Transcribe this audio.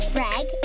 Greg